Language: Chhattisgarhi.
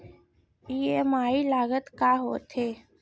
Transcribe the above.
ई.एम.आई लागत का होथे?